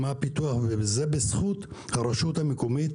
זה בזכות הרשות המקומית,